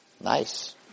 Nice